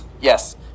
yes